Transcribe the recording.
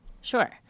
Sure